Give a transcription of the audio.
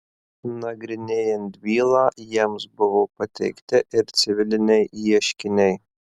nagrinėjant bylą jiems buvo pateikti ir civiliniai ieškiniai